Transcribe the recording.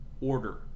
order